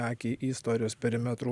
akį į istorijos perimetrų